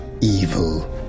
evil